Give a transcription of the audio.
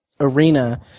Arena